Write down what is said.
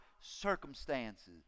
circumstances